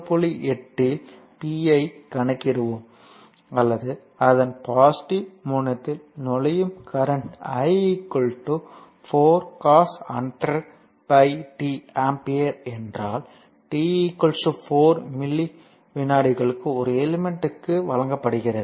8 இல் p ஐ கணக்கிடுவோம் அல்லது அதன் பாசிட்டிவ் முனையத்தில் நுழையும் கரண்ட் i 4 cos 100πt ஆம்பியர் என்றால் t 4 மில்லி விநாடிக்கு ஒரு எலிமெண்ட்க்கு வழங்கப்படுகிறது